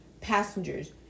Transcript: passengers